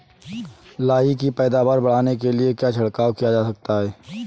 लाही की पैदावार बढ़ाने के लिए क्या छिड़काव किया जा सकता है?